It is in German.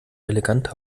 eleganter